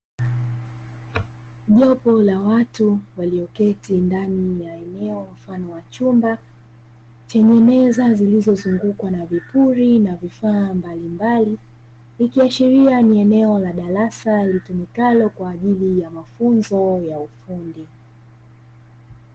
Jopo la watu walioketi ndani ya eneo mfano wa chumba chenye meza, zilizozungukwa na vipuri na vifaa mbalimbali, ikiashiria ni eneo la darasa litumikalo kwa ajili ya mafunzo ya ufundi.